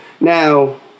now